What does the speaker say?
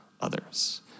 others